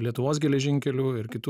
lietuvos geležinkelių ir kitų